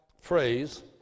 phrase